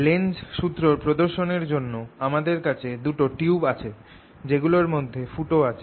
Lenz's সুত্রর প্রদর্শনের জন্য আমাদের কাছে দুটো টিউব আছে যেগুলোর মধ্যে ফুটো আছে